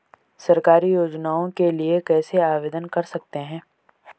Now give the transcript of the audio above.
सरकारी योजनाओं के लिए कैसे आवेदन कर सकते हैं?